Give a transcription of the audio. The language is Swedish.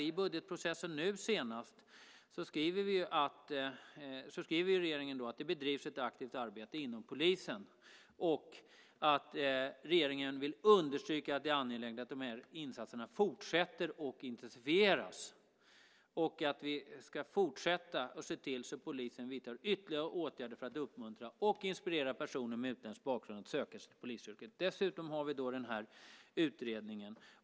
I budgetprocessen nu senast skrev regeringen att det bedrivs ett aktivt arbete inom polisen och att regeringen vill understryka att det är angeläget att de här insatserna fortsätter och intensifieras och att vi ska fortsätta att se till att polisen vidtar ytterligare åtgärder för att uppmuntra och inspirera personer med utländsk bakgrund att söka sig till polisyrket. Dessutom har vi då den här utredningen.